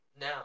now